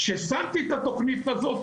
כששמתי את התכנית הזאת,